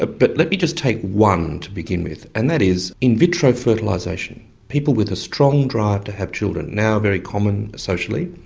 ah but let me just take one to begin with, and that is in vitro fertilisation people with a strong drive to have children. now very common socially.